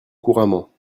couramment